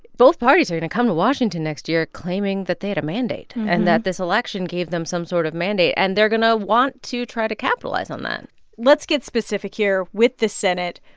both parties are going to come to washington next year claiming that they a mandate and that this election gave them some sort of mandate. and they're going to want to try to capitalize on that let's get specific here. with the senate,